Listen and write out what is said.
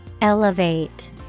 Elevate